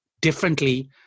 differently